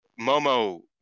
Momo